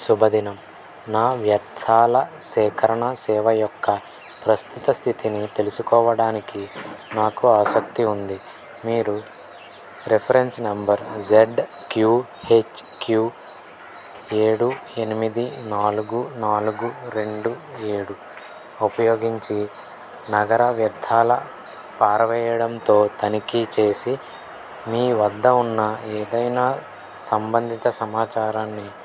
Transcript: శుభదినం నా వ్యర్థాల సేకరణ సేవ యొక్క ప్రస్తుత స్థితిని తెలుసుకోవడానికి నాకు ఆసక్తి ఉంది మీరు రిఫరెన్స్ నంబర్ జెడ్క్యూహెచ్క్యూ ఏడు ఎనిమిది నాలుగు నాలుగు రెండు ఏడు ఉపయోగించి నగర వ్యర్థాల పారవెయ్యడంతో తనిఖీ చేసి మీ వద్ద ఉన్న ఏదైనా సంబంధిత సమాచారాన్ని